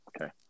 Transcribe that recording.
okay